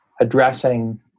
addressing